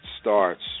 starts